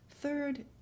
third